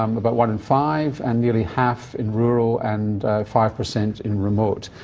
um about one in five, and nearly half in rural and five percent in remote.